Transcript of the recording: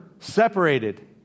Separated